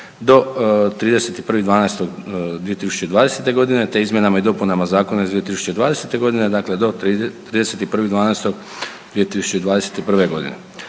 do 31.12.2020. godine, te izmjenama i dopunama zakona iz 2020. godine dakle do 31.12.2021. godine.